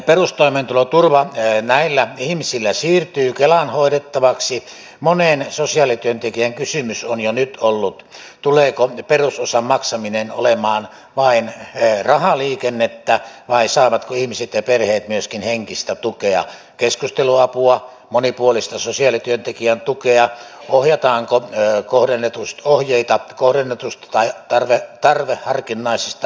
kun perustoimeentuloturva näillä ihmisillä siirtyy kelan hoidettavaksi monen sosiaalityöntekijän kysymys on jo nyt ollut tuleeko perusosan maksaminen olemaan vain rahaliikennettä vai saavatko ihmiset ja perheet myöskin henkistä tukea keskusteluapua monipuolista sosiaalityöntekijän tukea ohjeita kohdennetusta ja tarveharkinnaisesta toimeentulotuesta